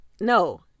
no